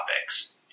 topics